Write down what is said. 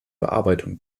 bearbeitung